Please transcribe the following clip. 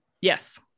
Yes